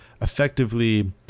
effectively